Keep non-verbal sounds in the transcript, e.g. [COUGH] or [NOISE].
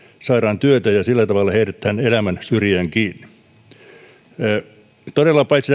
saadaan työtä ja sillä tavalla heidät tähän elämän syrjään kiinni todella paitsi [UNINTELLIGIBLE]